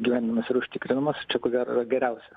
gyvenimas ir užtikrinimas čia ko gero yra geriausia